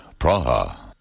Praha